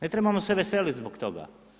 Ne trebamo se veselit zbog toga.